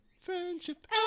Friendship